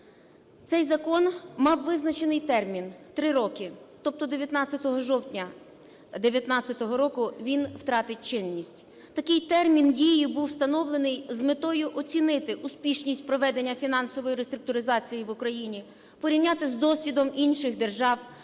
Цей закон мав визначений термін – 3 роки, тобто 19 жовтня 2019 року він втратить чинність. Такий термін дії був встановлений з метою оцінити успішність проведення фінансової реструктуризації в Україні, порівняти з досвідом інших держав,